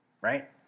right